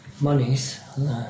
monies